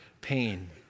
pain